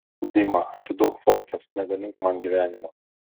dima atiduok fotkes negadink man gyvenimo